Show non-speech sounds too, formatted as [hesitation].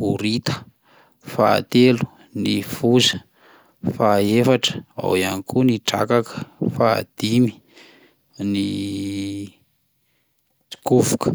horita, fahatelo ny foza, fahaefatra ao ihany koa ny drakaka, fahadimy ny [hesitation] tsikovoka.